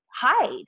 hide